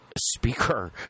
speaker